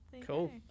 Cool